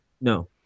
No